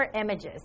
images